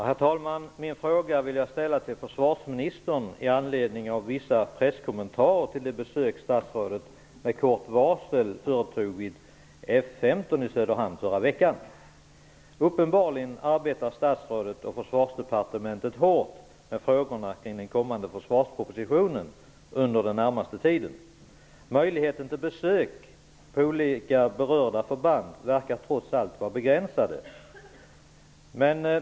Herr talman! Min fråga vill jag ställa till försvarsministern i anledning av vissa presskommentarer beträffande det besök som statsrådet med kort varsel förra veckan företog vid F 15 i Söderhamn. Uppenbarligen arbetar statsrådet och Försvarsdepartementet hårt med frågorna kring den försvarsproposition som skall komma under den närmaste tiden. Möjligheterna till besök på olika berörda förband verkar trots allt vara begränsade.